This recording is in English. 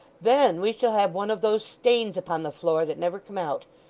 then we shall have one of those stains upon the floor that never come out.